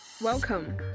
Welcome